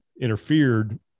interfered